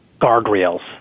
guardrails